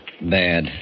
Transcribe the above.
Bad